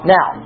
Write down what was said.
Now